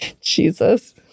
Jesus